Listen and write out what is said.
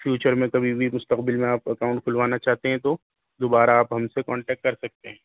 future میں کبھی بھی مستقبل میں آپ اکاؤنٹ کھلوانا چاہتے ہیں تو دوبارہ آپ ہم سے کانٹیکٹ کر سکتے ہیں